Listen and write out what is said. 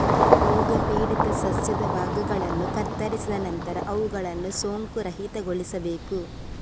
ರೋಗಪೀಡಿತ ಸಸ್ಯದ ಭಾಗಗಳನ್ನು ಕತ್ತರಿಸಿದ ನಂತರ ಅವುಗಳನ್ನು ಸೋಂಕುರಹಿತಗೊಳಿಸಬೇಕು